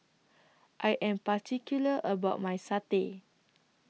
I Am particular about My Satay